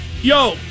Yo